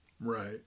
right